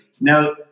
Now